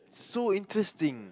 so interesting